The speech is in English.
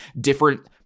different